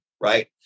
right